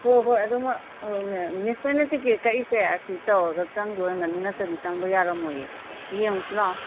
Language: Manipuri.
ꯍꯣ ꯍꯣꯏ ꯑꯗꯨ ꯃꯣꯏ ꯃꯤꯁ ꯍꯣꯏꯅ ꯇꯤꯀꯦꯠ ꯀꯛꯏꯁꯦ ꯑꯁꯤ ꯇꯧꯔꯒ ꯆꯪꯗꯣꯏ ꯑꯣꯏꯔꯝꯅꯤ ꯅꯠꯇ꯭ꯔꯗꯤ ꯆꯪꯕ ꯌꯥꯔꯝꯃꯣꯏꯌꯦ ꯌꯦꯡꯉꯨꯁꯤ ꯂꯥꯛꯑꯣ